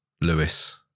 Lewis